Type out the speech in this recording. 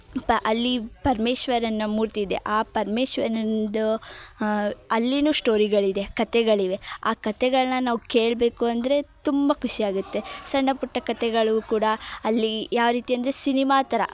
ಪ ಅಲ್ಲಿ ಪಮೇಶ್ವರನ ಮೂರ್ತಿ ಇದೆ ಆ ಪರಮೇಶ್ವರನನ್ದು ಅಲ್ಲಿಯೂ ಸ್ಟೋರಿಗಳಿದೆ ಕತೆಗಳಿವೆ ಆ ಕತೆಗಳನ್ನ ನಾವು ಕೇಳಬೇಕು ಅಂದರೆ ತುಂಬ ಖುಷಿ ಆಗುತ್ತೆ ಸಣ್ಣಪುಟ್ಟ ಕತೆಗಳು ಕೂಡ ಅಲ್ಲಿ ಯಾವ ರೀತಿ ಅಂದರೆ ಸಿನಿಮಾ ಥರ